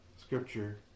Scripture